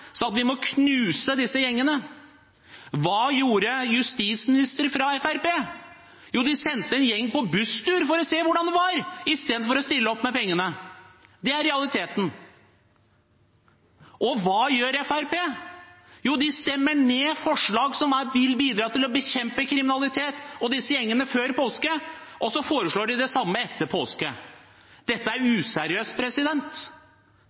at vi må knuse disse gjengene. Hva gjorde justisministere fra Fremskrittspartiet? De sendte en gjeng på busstur for å se på hvordan det var, i stedet for å stille opp med penger. Det er realiteten. Og hva gjør Fremskrittspartiet? Jo, før påske stemte de ned forslag som ville bidratt til å bekjempe kriminalitet og disse gjengene – og så foreslår de det samme etter påske. Dette er